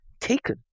taken